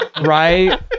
Right